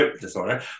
disorder